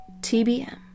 TBM